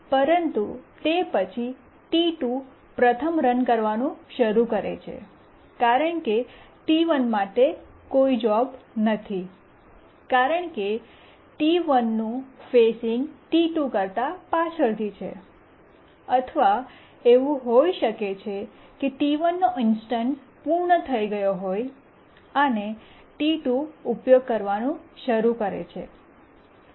પરંતુ તે પછી T2 પ્રથમ રન કરવાનું શરૂ કરે છે કારણ કે T1 માટે કોઈ જોબ નથી કારણ કે T 1 નું ફેસિંગ T2 કરતા પાછળથી છે અથવા એવું હોઈ શકે છે કે T 1 નો ઇન્સ્ટન્સ પૂર્ણ થઈ ગયો હોય અને T2 ઉપયોગ કરવાનું શરૂ કરે છે